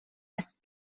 است